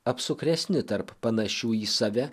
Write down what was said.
apsukresni tarp panašių į save